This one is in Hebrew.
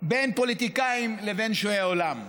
בין פוליטיקאים לבין שועי עולם.